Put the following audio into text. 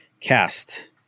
Cast